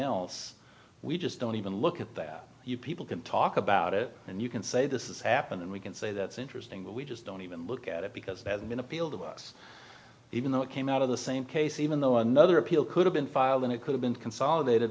else we just don't even look at that you people can talk about it and you can say this is happening we can say that's interesting we just don't even look at it because that's been appealed to us even though it came out of the same case even though another appeal could have been filed and it could have been consolidated